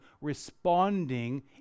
responding